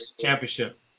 Championship